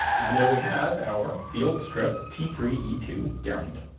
and there we have our field stripped t three e two garand.